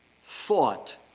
thought